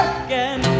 again